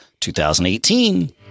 2018